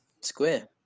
Square